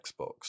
xbox